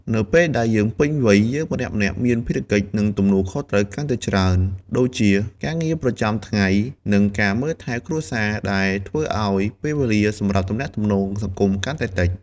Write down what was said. នៅពេលដែលយើងពេញវ័យ យើងម្នាក់ៗមានភារកិច្ច និងទំនួលខុសត្រូវកាន់តែច្រើន ដូចជាការងារប្រចាំថ្ងៃ និងការមើលថែគ្រួសារ ដែលធ្វើឱ្យពេលវេលាសម្រាប់ទំនាក់ទំនងសង្គមកាន់តែតិច។